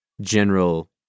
general